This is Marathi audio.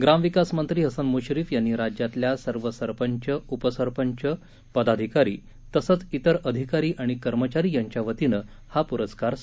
ग्रामविकास मंत्री हसन मुश्रीफ यांनी राज्यातल्या सर्व संरचंप उपसंरपंच पदाधिकारी तसंच इतर अधिकारी आणि कर्मचारी यांच्या वतीनं हा प्रस्कार स्वीकारला